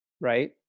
right